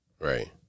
Right